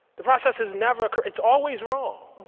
the process is never it's always wrong.